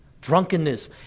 drunkenness